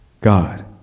God